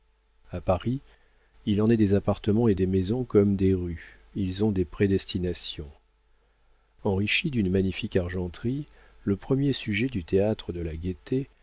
a paris il en est des appartements et des maisons comme des rues ils ont des prédestinations enrichie d'une magnifique argenterie le premier sujet du théâtre de la gaîté